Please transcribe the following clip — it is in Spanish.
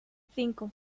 cinco